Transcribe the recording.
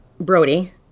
Brody